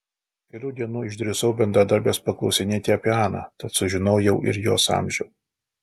po kelių dienų išdrįsau bendradarbės paklausinėti apie aną tad sužinojau ir jos amžių